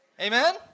Amen